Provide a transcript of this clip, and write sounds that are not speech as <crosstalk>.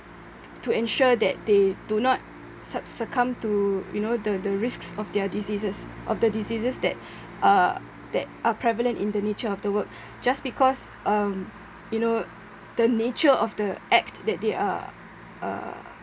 to ensure that they do not suc~ succumb to you know the the risks of their diseases of the diseases that <breath> uh that are prevalent in the nature of the work <breath> just because um you know the nature of the act that they are uh